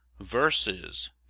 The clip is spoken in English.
Verses